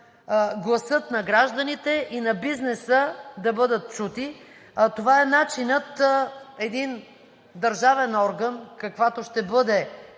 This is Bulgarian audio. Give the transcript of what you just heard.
гласът на гражданите и на бизнеса да бъдат чути. Това е начинът един държавен орган, каквато ще бъде